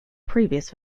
previous